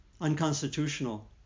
unconstitutional